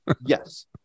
Yes